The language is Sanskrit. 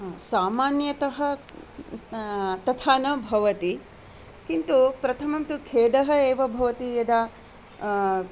सामान्यतः तथा न भवति किन्तु प्रथमं तु खेदः एव भवति यदा